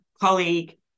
colleague